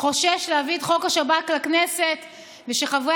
חושש להביא את חוק השב"כ לכנסת ושחברי